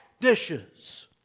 dishes